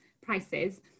prices